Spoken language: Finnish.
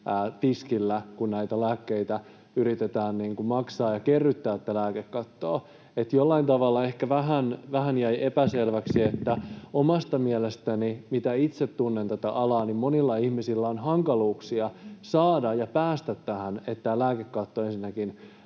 tiskillä, kun näitä lääkkeitä yritetään maksaa ja kerryttää tätä lääkekattoa? Että jollain tavalla ehkä vähän jäi epäselväksi, kun omasta mielestäni, mitä itse tunnen tätä alaa, monilla ihmisillä on hankaluuksia päästä tähän, että lääkekatto ensinnäkin